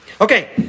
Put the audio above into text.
Okay